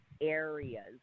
areas